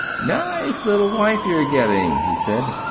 nice little wife you're getting, he said.